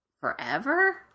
forever